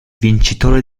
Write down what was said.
vincitore